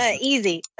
easy